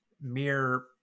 mere